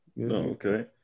okay